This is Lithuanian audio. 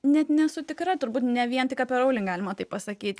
net nesu tikra turbūt ne vien tik apie rowling galima tai pasakyti